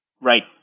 Right